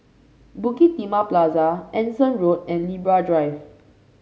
Bukit Timah Plaza Anson Road and Libra Drive